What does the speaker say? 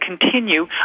continue